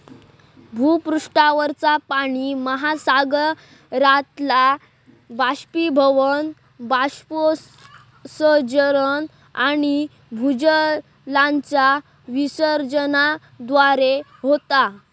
भूपृष्ठावरचा पाणि महासागरातला बाष्पीभवन, बाष्पोत्सर्जन आणि भूजलाच्या विसर्जनाद्वारे होता